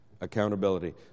accountability